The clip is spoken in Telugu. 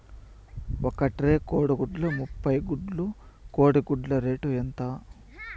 ఒక ట్రే కోడిగుడ్లు ముప్పై గుడ్లు కోడి గుడ్ల రేటు ఎంత?